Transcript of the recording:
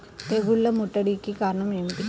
తెగుళ్ల ముట్టడికి కారణం ఏమిటి?